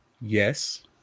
yes